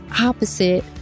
opposite